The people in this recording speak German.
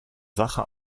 sache